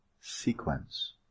sequence